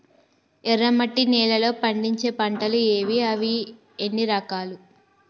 ఎర్రమట్టి నేలలో పండించే పంటలు ఏవి? అవి ఎన్ని రకాలు?